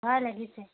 হয় লাগিছে